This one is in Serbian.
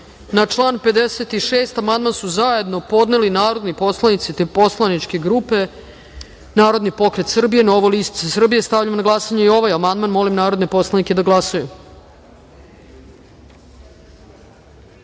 član 3. amandman su zajedno podneli narodni poslanici poslaničke grupe Narodni pokret Srbije - Novo lice Srbije. Stavljam na glasanje ovaj amandman. Molim narodne poslanike da se